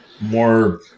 more